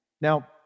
Now